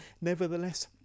Nevertheless